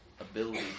ability